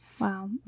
wow